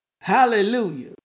Hallelujah